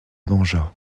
mangea